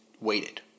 waited